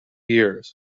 years